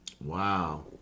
Wow